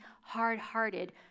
hard-hearted